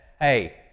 hey